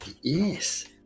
Yes